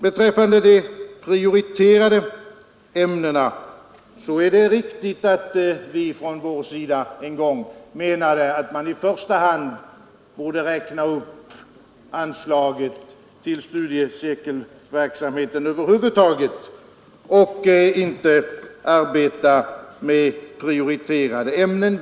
Beträffande de prioriterade ämnena är det riktigt att vi från vårt håll en gång menade, att man i första hand borde räkna upp anslaget till studiecirkelverksamheten över huvud taget och inte arbeta med prioriterade ämnen.